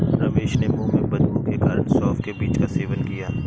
रमेश ने मुंह में बदबू के कारण सौफ के बीज का सेवन किया